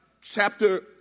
chapter